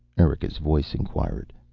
erika's voice inquired.